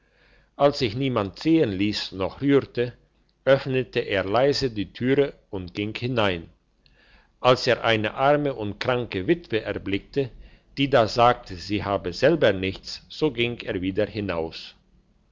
als sich niemand sehen liess noch rührte öffnete er leise die türe und ging hinein als er eine arme und kranke witwe erblickte die da sagte sie habe selber nichts so ging er wieder hinaus